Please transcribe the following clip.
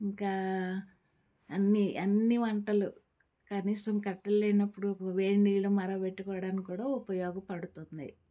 ఇంకా అన్ని అన్ని వంటలు కనీసం కట్టెలు లేనప్పుడు వేడి నీళ్ళు మరగబెట్టుకోవడానికి కూడా ఉపయోగపడుతుంది